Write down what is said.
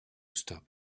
stop